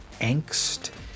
angst